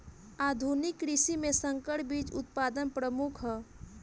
आधुनिक कृषि में संकर बीज उत्पादन प्रमुख ह